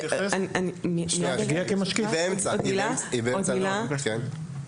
בסוף אנחנו נותנים ליישובים לסנן באמצעות ועדות קבלה.